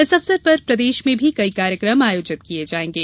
इस अवसर पर प्रदेश में भी कई कार्यक्रम आयोजित किये जायेंगे